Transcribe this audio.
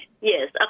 Yes